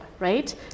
right